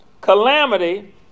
calamity